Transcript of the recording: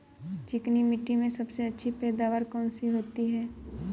चिकनी मिट्टी में सबसे अच्छी पैदावार कौन सी होती हैं?